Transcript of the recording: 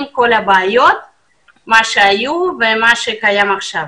על כל הבעיות שהיו ואלה שקיימות עכשיו.